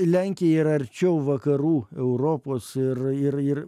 lenkija yra arčiau vakarų europos ir ir ir